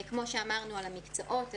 כפי שאמרנו לגבי מקצועות,